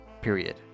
period